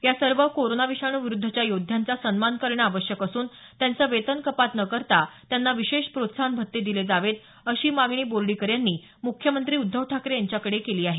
या सर्व कोरोना विषाणू विरुद्धच्या योद्धांचा सन्मान करणं आवश्यक असून त्यांचं वेतन कपात न करता त्यांना विशेष प्रोत्साहन भत्ते दिले जावेत अशी मागणी बोर्डीकर यांनी मुख्यमंत्री उद्धव ठाकरे यांच्याकडे केली आहे